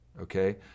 okay